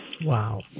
Wow